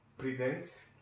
Present